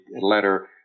letter